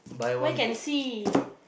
where can see